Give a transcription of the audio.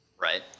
Right